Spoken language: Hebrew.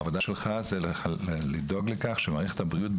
העבודה שלך היא לדאוג למערכת הבריאות.